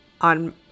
on